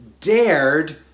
dared